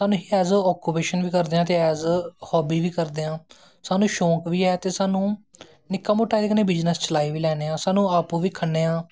स्हानू as a occupation बी करदे आं ते ऐज़ हॉबी बी करदे आं स्हानू शौंक बी ऐ ते स्हानू निक्की मुट्टां बिज़नस एह्दे कन्नैं चलाई बी लैन्ने आं स्हानू अप्पूं बी खन्ने आं